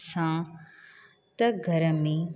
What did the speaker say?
असां त घर में